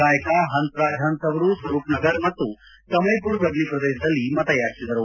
ಗಾಯಕ ಹನ್ನ್ ರಾಜ್ ಹನ್ನ್ ಅವರು ಸ್ವರೂಪ್ ನಗರ್ ಮತ್ತು ಸಮಯ್ಮರ್ ಬದ್ಲಿ ಶ್ರದೇಶದಲ್ಲಿ ಮತಯಾಚಿಸಿದರು